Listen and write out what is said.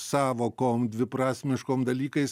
sąvokom dviprasmiškom dalykais